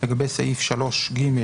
לגבי סעיף 3ג(ג),